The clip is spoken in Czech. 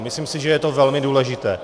Myslím, že je to velmi důležité.